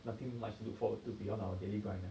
nothing much you look forward to beyond our daily life uh